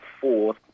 fourth